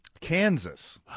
Kansas